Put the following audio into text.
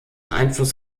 einfluss